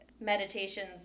meditations